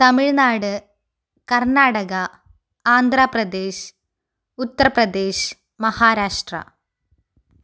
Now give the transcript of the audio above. Tamil Nadu Karnataka Andhra Pradesh Uttar Pradesh Maharashtra